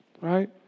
Right